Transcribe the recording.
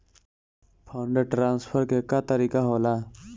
Fund transfer के का तरीका होला?